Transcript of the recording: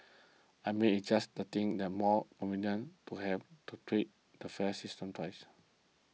I mean it's just that the think the more convenient to have to tweak the fare system twice